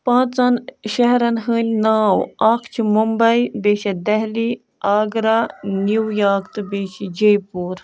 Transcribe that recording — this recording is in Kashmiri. پانٛژَن شہرَن ہٕنٛدۍ ناو اَکھ چھِ ممبے بیٚیہِ چھِ دہلی آگراہ نِیویارک تہٕ بیٚیہِ چھِ جے پوٗر